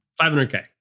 500K